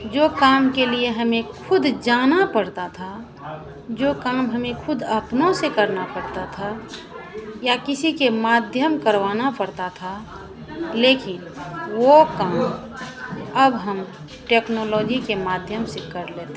जो काम के लिए हमें ख़ुद जाना पड़ता था जो काम हमें ख़ुद अपने से करना पड़ता था या किसी के माध्यम करवाना पड़ता था लेकिन वह काम अब हम टेक्नोलॉजी के माध्यम से कर लेते हैं